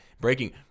breaking